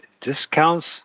discounts